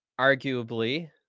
arguably